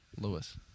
Lewis